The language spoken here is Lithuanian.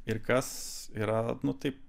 ir kas yra taip